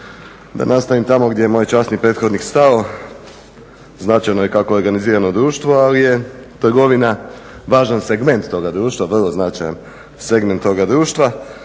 Da nastavim tamo gdje je moj časni prethodnik stao, značajno i kako je organizirano društvo, ali je trgovina važan segment toga društva, vrlo značajan segment toga društva,